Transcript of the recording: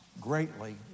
greatly